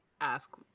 ask